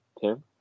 Tim